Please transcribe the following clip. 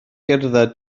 gerdded